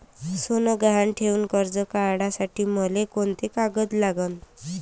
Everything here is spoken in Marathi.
सोनं गहान ठेऊन कर्ज काढासाठी मले कोंते कागद लागन?